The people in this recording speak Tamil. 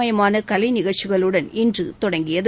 மயமான கலைநிகழ்ச்சிகளுடன் இன்று தொடங்கியது